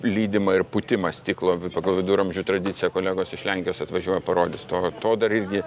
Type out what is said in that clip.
lydimą ir pūtimą stiklo pagal viduramžių tradiciją kolegos iš lenkijos atvažiuoja parodyt to to dar irgi